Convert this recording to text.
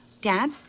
Dad